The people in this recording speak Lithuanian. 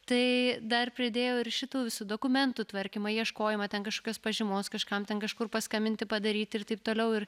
tai dar pridėjo ir šitų visų dokumentų tvarkymą ieškojimą ten kažkokios pažymos kažkam ten kažkur paskambinti padaryti ir taip toliau ir